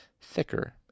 Thicker